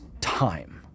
time